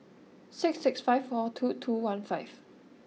six six five four two two one five